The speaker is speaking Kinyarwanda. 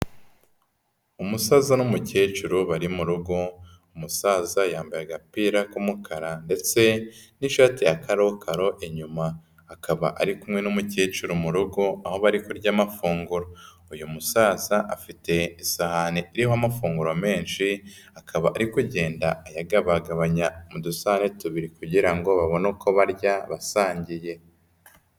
Umusaza n'umukecuru bari mu rugo, umusaza yambaye agapira k'umukara ndetse n'ishati ya karokaro inyuma, akaba ari kumwe n'umukecuru mu rugo aho bari kurya amafunguro, uyu musaza afite isahani iriho amafunguro menshi, akaba ari kugenda ayagabagabanya udusahane tubiri kugira ngo babone uko barya basangiye.